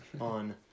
on